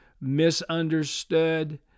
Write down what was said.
misunderstood